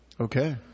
Okay